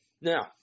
Now